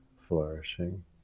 flourishing